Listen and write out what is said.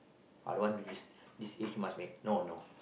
I don't want to this this age must marry no no